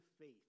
faith